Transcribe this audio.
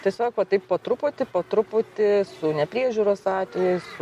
tiesiog va taip po truputį po truputį su nepriežiūros atvejais